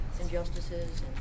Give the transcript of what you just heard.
injustices